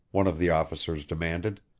one of the officers demanded.